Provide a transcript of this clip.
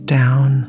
down